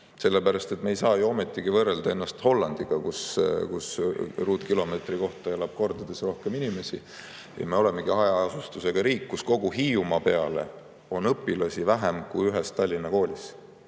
lähedal. Me ei saa ometigi võrrelda ennast Hollandiga, kus ruutkilomeetri kohta elab kordades rohkem inimesi. Me oleme hajaasustusega riik, kus kogu Hiiumaa peale on õpilasi vähem kui ühes Tallinna koolis.